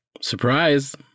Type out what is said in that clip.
Surprise